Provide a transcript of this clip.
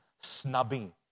snubbing